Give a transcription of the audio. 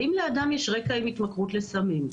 האם לאדם יש רקע עם התמכרות לסמים?